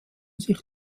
sich